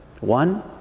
One